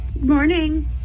Morning